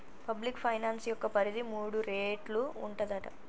public finance యొక్క పరిధి మూడు రేట్లు ఉంటదట